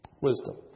Wisdom